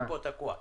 אני תקוע פה.